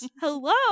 Hello